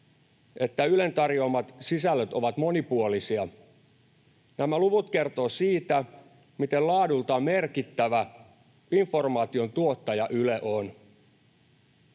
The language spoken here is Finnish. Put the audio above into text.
että Ylen tarjoamat sisällöt ovat monipuolisia. Nämä luvut kertovat siitä, miten laadultaan merkittävä informaation tuottaja Yle on.